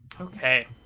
okay